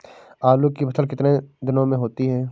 आलू की फसल कितने दिनों में होती है?